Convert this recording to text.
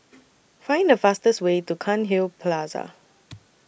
Find The fastest Way to Cairnhill Plaza